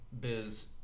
biz